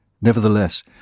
Nevertheless